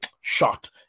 shot